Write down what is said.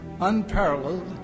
unparalleled